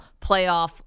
playoff